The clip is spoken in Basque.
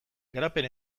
garapen